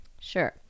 Sure